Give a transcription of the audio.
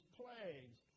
plagues